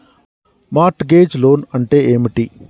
Mart gauge loan అంటే ఏమిటి?